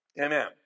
Amen